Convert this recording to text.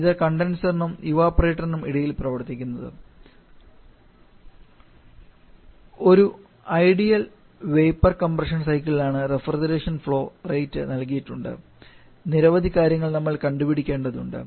ഇത് കണ്ടൻസറിനും ഇവപൊറേറിനും ഇടയിൽ പ്രവർത്തിക്കുന്നത് ഒരു ഐഡിയൽ വേപ്പർ കംപ്രഷൻ സൈക്കിളിലാണ് റഫ്രിജറേറ്റർ ഫ്ലോ റേറ്റ് നൽകിയിട്ടുണ്ട് നിരവധി കാര്യങ്ങൾ നമ്മൾ കണ്ടുപിടിക്കേണ്ടത് ഉണ്ട്